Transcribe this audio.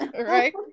right